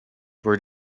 were